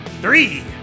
Three